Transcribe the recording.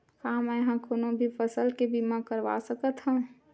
का मै ह कोनो भी फसल के बीमा करवा सकत हव?